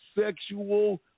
sexual